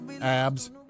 abs